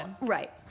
right